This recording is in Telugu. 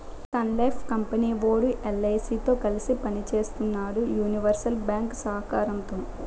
సన్లైఫ్ కంపెనీ వోడు ఎల్.ఐ.సి తో కలిసి పని సేత్తన్నాడు యూనివర్సల్ బ్యేంకు సహకారంతో